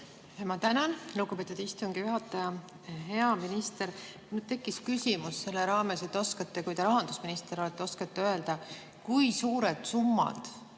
Ma tänan, lugupeetud istungi juhataja! Hea minister! Mul tekkis küsimus selle raames, et kuna te olete rahandusminister, te oskate öelda, kui suured summad